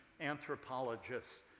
anthropologists